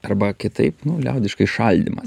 arba kitaip liaudiškai šaldymas